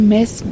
Miss